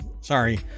Sorry